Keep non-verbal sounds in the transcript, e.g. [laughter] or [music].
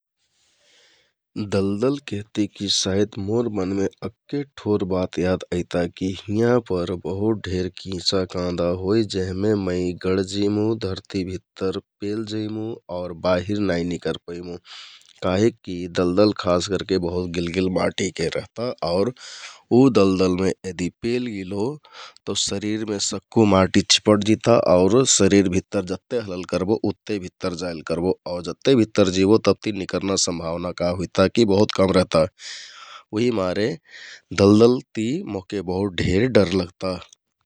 [noise] दलदल केहति की सायत मोर मनमे अक्के ठोर बात याद अईता की हिँया पर बहुत ढेर किँचाकाँदा होइ । जेहमे मैं गडजिमु, धर्ती भित्तर पेल जैमु आउर बाहिर नाइ निकर पैमु [noise] काहिक की दलदल खास करके बहुत गिलगिल माटिके रहता । आउर उ दलदलमे यदि पेलगिलो [noise] तौ शरिरमे सक्कु माटि चिपटजिता आउर शरिर भित्तर जत्ते हलल् करबो उत्ते भित्तर जाइल करबो । आउ जत्ते भित्तर जाइबो तबति निकर्ना सम्भावना का हुइता कि बहुत कम रेहता उहिमारे दलदल ति मोहके बहुत ढेर डर लगता ।